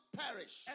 perish